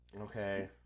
Okay